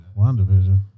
WandaVision